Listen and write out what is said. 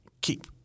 Keep